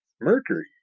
Mercury